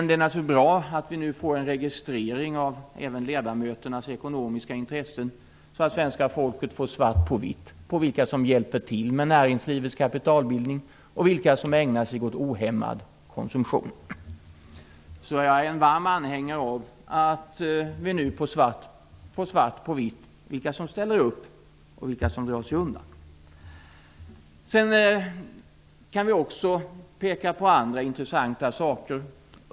Det är naturligtvis bra att vi nu får en registrering av ledamöternas ekonomiska intressen, så att svenska folket får svart på vitt när det gäller vilka som hjälper till med näringslivets kapitalbildning och vilka som ägnar sig åt ohämmad konsumtion. Jag är en varm anhängare av att vi nu får svart på vitt när det gäller vilka som ställer upp och vilka som drar sig undan. Sedan kan vi också peka på andra intressanta saker.